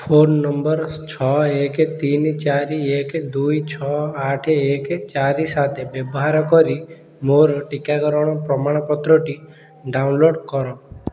phone number ଛଅ ଏକ ତିନି ଚାରି ଏକ ଦୁଇ ଛଅ ଆଠ ଏକ ଚାରି ସାତ ବ୍ୟବହାର କରି ମୋର ଟିକାକରଣର ପ୍ରମାଣପତ୍ରଟି ଡାଉନଲୋଡ଼୍ କର